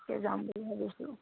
তাকে যাম বুলি ভাবিছোঁ